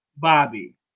Bobby